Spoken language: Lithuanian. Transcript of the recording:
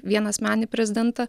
vienasmenį prezidentą